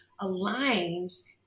aligns